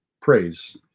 Praise